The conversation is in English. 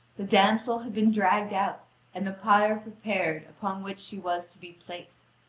the damsel had been dragged out and the pyre prepared upon which she was to be placed.